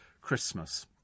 Christmas